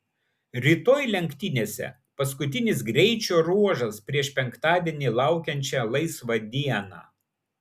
rytoj lenktynėse paskutinis greičio ruožas prieš penktadienį laukiančią laisvą dieną